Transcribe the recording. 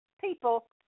people